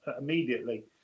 immediately